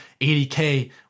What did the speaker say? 80K